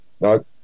no